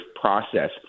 process